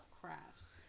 crafts